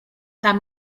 their